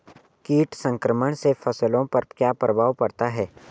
कीट संक्रमण से फसलों पर क्या प्रभाव पड़ता है?